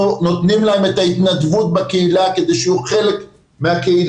אנחנו נותנים להם את ההתנדבות בקהילה כדי שיהיו חלק מהקהילה,